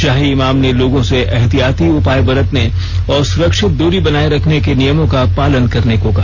शाही इमाम ने लोगों से एहतियाती उपाय बरतने और सुरक्षित दूरी बनाए रखने के नियमों का पालन करने को कहा